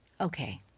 Okay